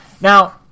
Now